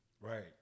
Right